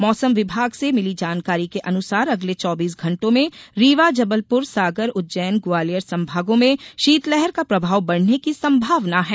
मौसम विभाग से मिली जानकारी के अनुसार अगले चौबीस घण्टों में रीवा जबलपुर सागर उज्जैन ग्वालियर संभागों में शीतलहर का प्रभाव बढ़ने की संभावना है